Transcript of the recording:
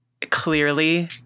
clearly